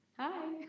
hi